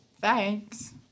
Thanks